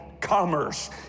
commerce